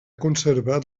conservat